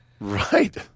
Right